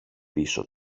πίσω